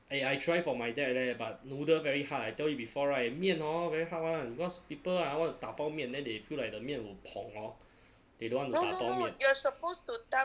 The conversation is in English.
eh I try for my dad leh but noodle very hard I tell you before [right] 面 hor very hard [one] cause people ah want to 打包面 then they feel like the 面 will pong orh they don't want to 打包面